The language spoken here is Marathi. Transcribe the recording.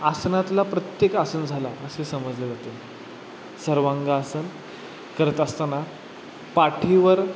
आसनातला प्रत्येक आसन झाला असे समजलं जाते सर्वांगासन करत असताना पाठीवर